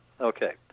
Okay